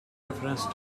reference